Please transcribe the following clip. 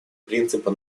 принципа